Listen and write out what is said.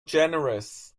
generous